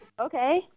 Okay